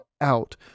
out